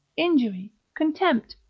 injury, contempt,